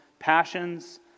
passions